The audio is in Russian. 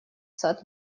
сад